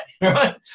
right